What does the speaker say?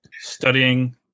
studying